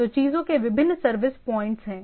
तो चीजों के विभिन्न सर्विस प्वाइंटस हैं